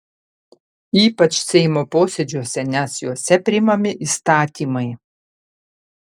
ypač seimo posėdžiuose nes juose priimami įstatymai